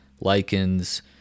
lichens